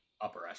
upper